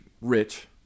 rich